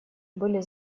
были